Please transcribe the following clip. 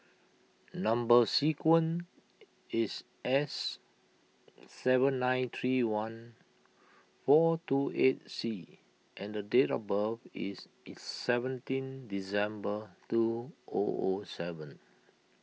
Number Sequence is S seven nine three one four two eight C and date of birth is seventeen December two O O seven